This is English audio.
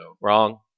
Wrong